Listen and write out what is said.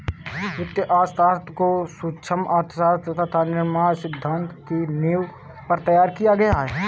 वित्तीय अर्थशास्त्र को सूक्ष्म अर्थशास्त्र तथा निर्णय सिद्धांत की नींव पर तैयार किया गया है